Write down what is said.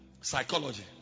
Psychology